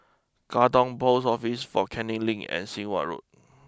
Katong post Office Fort Canning Link and Sit Wah Road